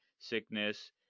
sickness